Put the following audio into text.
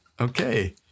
Okay